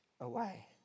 away